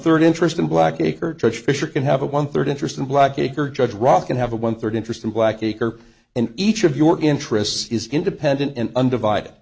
third interest in black acre church fisher can have a one third interest in black acre judge rock and have a one third interest in black acre and each of your interests is independent and undivided